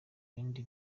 bindi